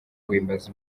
guhimbaza